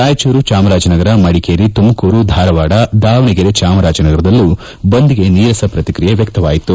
ರಾಯಚೂರು ಚಾಮರಾಜನಗರಮಡಿಕೇರಿ ತುಮಕೂರು ಧಾರವಾಡ ದಾವಣಗೆರೆ ಚಾಮರಾಜನಗರದಲ್ಲೂ ಬಂದ್ ಗೆ ನೀರಸ ಪ್ರತಿಕ್ರಿಯೆ ವ್ಲಕ್ತವಾಯಿತು